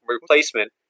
replacement